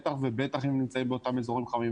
ובטח ובטח אם הם נמצאים באזורים חמים.